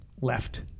left